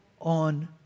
on